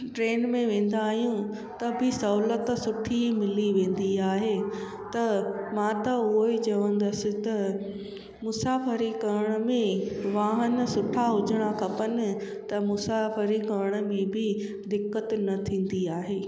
train में वेंदा आहियूं त बि सहुलियत सुठी मिली वेंदी आहे त मां त उहो ई चवंदसि त मुसाफ़िरी करण में वाहन सुठा हुजणा खपनि त मुसाफ़िरी करण बि ॿी दिक़त न थींदी आहे